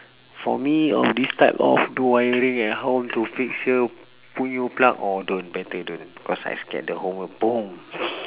for me of these type of wiring and how to fix here put new plug or don't better don't cause I scared the whole world